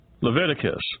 Leviticus